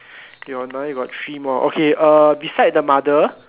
your nine we got three more okay beside the mother